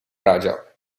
raja